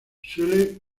suele